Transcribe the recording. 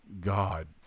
God